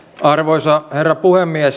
arvoisa herra puhemies